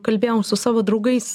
kalbėjau su savo draugais